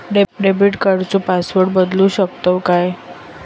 Debit कार्डचो password बदलु शकतव काय?